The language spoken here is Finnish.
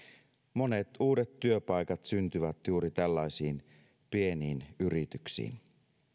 monet uudet työpaikat syntyvät juuri tällaisiin pieniin yrityksiin